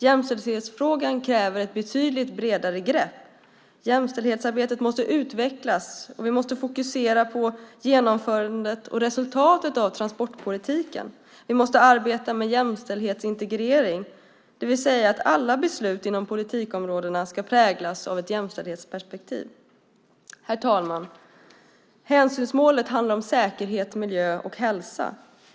Jämställdhetsfrågan kräver ett betydligt bredare grepp. Jämställdhetsarbetet måste utvecklas, och vi måste fokusera på genomförandet och resultatet av transportpolitiken. Vi måste arbeta med jämställdhetsintegrering, det vill säga att alla beslut inom politikområdena ska präglas av ett jämställdhetsperspektiv. Herr talman! Hänsynsmålet handlar om säkerhet, miljö och hälsa.